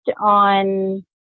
on